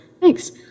thanks